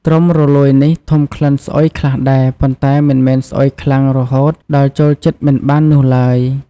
ត្រុំរលួយនេះធំក្លិនស្អុយខ្លះដែរ ប៉ុន្តែមិនមែនស្អុយខ្លាំងរហូតដល់ចូលជិតមិនបាននោះឡើយ។